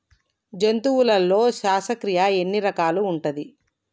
జంతువులలో శ్వాసక్రియ ఎన్ని రకాలు ఉంటది?